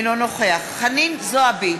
אינו נוכח חנין זועבי,